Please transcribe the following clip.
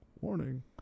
Warning